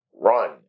run